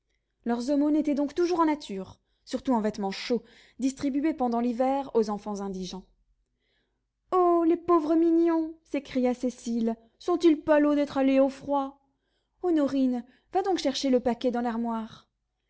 leurs aumônes étaient donc toujours en nature surtout en vêtements chauds distribués pendant l'hiver aux enfants indigents oh les pauvres mignons s'écria cécile sont-ils pâlots d'être allés au froid honorine va donc chercher le paquet dans l'armoire